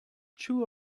two